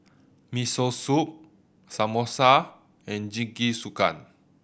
Miso Soup Samosa and Jingisukan